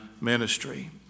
ministry